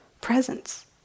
presence